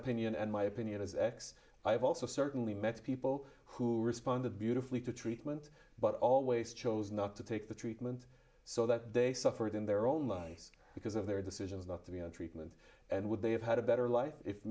opinion and my opinion is x i've also certainly met people who respond the beautifully to treatment but always chose not to take the treatment so that they suffered in their own lives because of their decisions not to be on treatment and would they have had a better life if